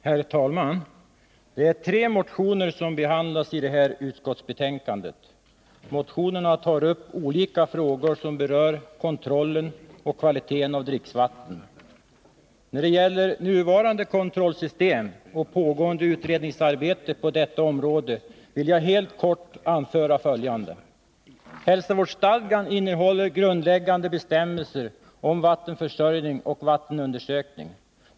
Herr talman! Det är tre motioner som behandlas i det här utskottsbetänkandet. Motionerna tar upp olika frågor som berör kontrollen och kvaliteten på dricksvatten. När det gäller nuvarande kontrollsystem och pågående utredningsarbete på detta område vill jag helt kort anföra följande. Hälsovårdsstadgan innehåller grundläggande bestämmelser om vattenförsörjning och vattenundersökning.